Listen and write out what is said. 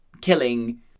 killing